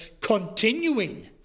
Continuing